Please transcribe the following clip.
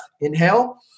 inhale